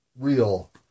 real